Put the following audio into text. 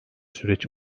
süreç